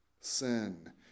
Sin